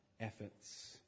efforts